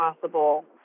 possible